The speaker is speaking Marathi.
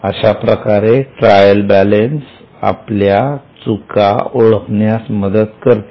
अशाप्रकारे ट्रायल बॅलन्स आपल्या चुका ओळखण्यास मदत करते